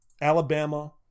Alabama